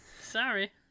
Sorry